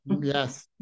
Yes